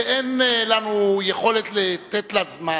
שאין לנו יכולת לתת לה זמן,